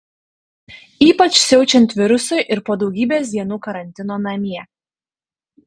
ypač siaučiant virusui ir po daugybės dienų karantino namie